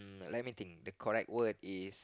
uh let me think the correct word is